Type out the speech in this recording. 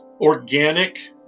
organic